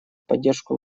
поддержку